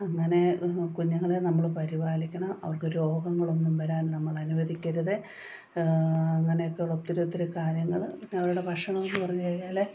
അങ്ങനെ കുഞ്ഞുങ്ങളെ നമ്മൾ പരിപാലിക്കണം അവർക്ക് രോഗങ്ങൾ ഒന്നും വരാൻ നമ്മൾ അനുവദിക്കരുത് അങ്ങനെയൊക്കെയുളള ഒത്തിരി ഒത്തിരി കാര്യങ്ങൾ പിന്നെ അവരുടെ ഭക്ഷണമെന്നു പറഞ്ഞു കഴിഞ്ഞാൽ